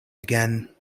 again